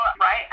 right